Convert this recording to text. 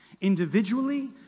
individually